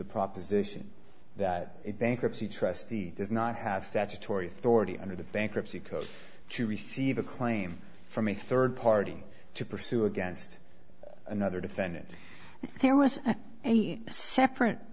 the proposition that if bankruptcy trustee does not have statutory authority under the bankruptcy code to receive a claim from a third party to pursue against another defendant there was